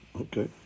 okay